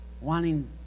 wanting